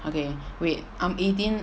okay wait I'm eighteen